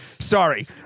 Sorry